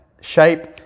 shape